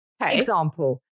Example